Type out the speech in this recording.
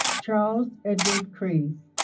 charles edward crays